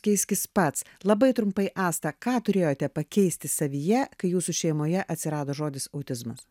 keiskis pats labai trumpai astą ką turėjote pakeisti savyje kai jūsų šeimoje atsirado žodis autizmas